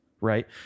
right